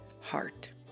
heart